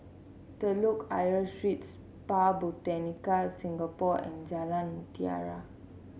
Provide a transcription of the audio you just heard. Telok Ayer Street Spa Botanica Singapore and Jalan Mutiara